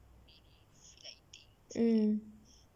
mm